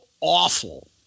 awful